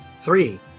three